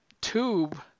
tube